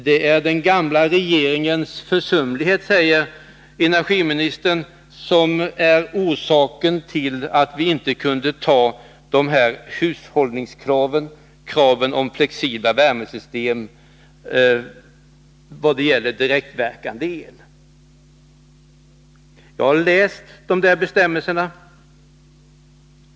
Det är den gamla regeringens försumlighet, säger energiministern, som är orsaken till att vi inte kunde anta de här hushållningskraven, kraven på flexibla värmesystem, när det gäller direktverkande el. Jag har läst bestämmelserna.